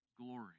glory